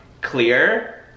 clear